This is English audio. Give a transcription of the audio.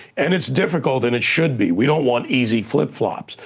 and it's difficult and it should be. we don't want easy flip-flops,